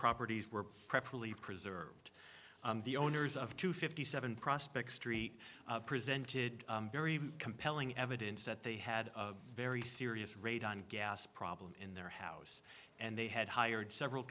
properties were properly preserved the owners of two fifty seven prospect street presented very compelling evidence that they had a very serious radon gas problem in their house and they had hired several